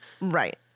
Right